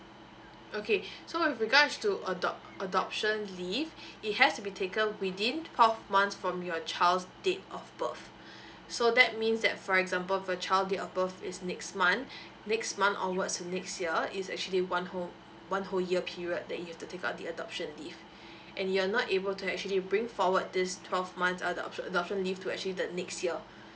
okay so with regards to adopt adoption leave it has to be taken within twelve months from your child's date of birth so that means that for example if your child date of birth is next month next month onwards to next year is actually one whole one whole year period that you have to take out the adoption leave and you're not able to actually bring forward this twelve months adoption adoption leave to actually the next year